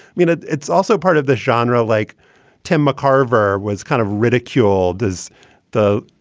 mean, ah it's also part of the genre, like tim mccarver was kind of ridicule. does the,